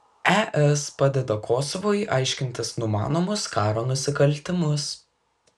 es padeda kosovui aiškintis numanomus karo nusikaltimus